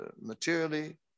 materially